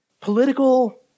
Political